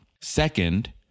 Second